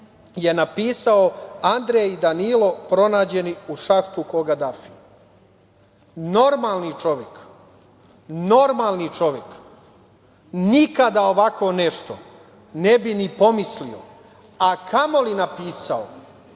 je napisao – Andrej i Danilo pronađeni u šahtu ko Gadafi. Normalni čovek, normalni čovek nikada ovako nešto ne bi ni pomislio a kamoli napisao,